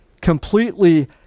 Completely